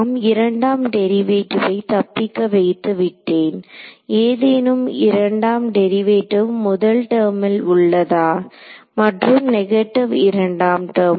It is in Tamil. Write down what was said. நான் இரண்டாம் டெரிவேட்டிவை தப்பிக்க வைத்து விட்டேன் ஏதேனும் இரண்டாம் டெரிவேட்டிவ் முதல் டெர்மில் உள்ளதா மற்றும் நெகடிவ் இரண்டாம் டெர்ம்